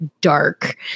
dark